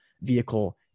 vehicle